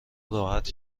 راحت